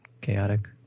chaotic